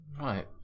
Right